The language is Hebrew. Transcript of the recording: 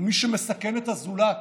ומי שמסכן את הזולת